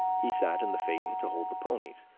he sat in the phaeton to hold the ponies,